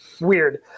weird